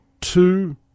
two